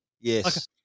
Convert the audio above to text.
Yes